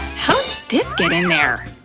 how'd this get in there?